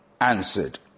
answered